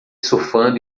surfando